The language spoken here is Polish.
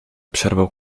przerwał